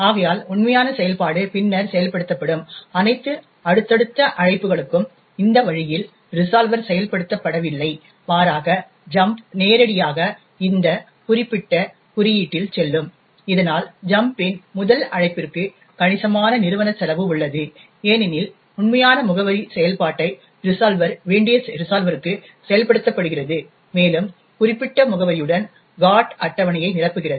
ஆகையால் உண்மையான செயல்பாடு பின்னர் செயல்படுத்தப்படும் அனைத்து அடுத்தடுத்த அழைப்புகளுக்கும் இந்த வழியில் ரிசால்வர் செயல்படுத்தப்படவில்லை மாறாக ஜம்ப் நேரடியாக இந்த குறிப்பிட்ட குறியீட்டில் செல்லும்இதனால் ஜம்பின் முதல் அழைப்பிற்கு கணிசமான நிறுவனச் செலவு உள்ளது ஏனெனில் உண்மையான முகவரி செயல்பாட்டை ரிசால்வர் வேண்டிய ரிசால்வர்க்கு செயல்படுத்தப்படுகிறது மேலும் குறிப்பிட்ட முகவரியுடன் GOT அட்டவணையை நிரப்புகிறது